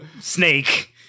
Snake